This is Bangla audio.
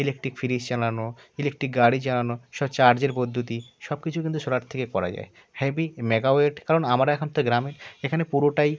ইলেকট্রিক ফ্রিজ চালানো ইলেকট্রিক গাড়ি চালানো সব চার্জের পদ্ধতি সব কিছু কিন্তু সোলার থেকে করা যায় হেভি মেগা ওয়াট কারণ আমরা এখন তো গ্রামে এখানে পুরোটাই